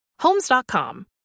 Homes.com